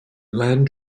land